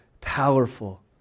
powerful